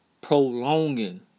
prolonging